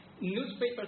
newspapers